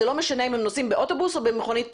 וזה לא משנה אם הם נוסעים באוטובוס או במכונית פרטית.